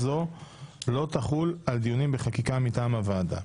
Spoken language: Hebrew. זו לא תחול על דיונים בחקיקה מטעם הוועדה.